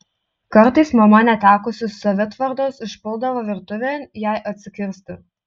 kartais mama netekusi savitvardos išpuldavo virtuvėn jai atsikirsti